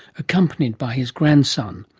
accompanied by his grandson.